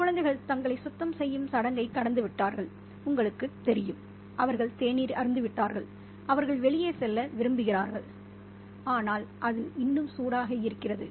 குழந்தைகள் தங்களை சுத்தம் செய்யும் சடங்கைக் கடந்துவிட்டார்கள் உங்களுக்குத் தெரியும் அவர்கள் தேநீர் அருந்திவிட்டார்கள் அவர்கள் வெளியே செல்ல விரும்புகிறார்கள் ஆனால் அது இன்னும் சூடாக இருக்கிறது